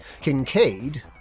Kincaid